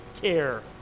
care